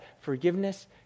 forgiveness